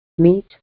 Meet